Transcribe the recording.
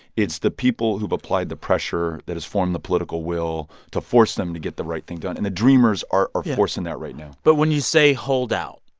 it's the people who've applied the pressure that has formed the political will to force them to get the right thing done. and the dreamers are are forcing that right now but when you say hold out.